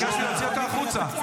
ביקשתי להוציא אותה החוצה.